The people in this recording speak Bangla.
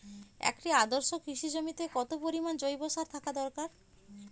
একটি আদর্শ কৃষি জমিতে কত পরিমাণ জৈব সার থাকা দরকার?